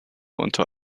unter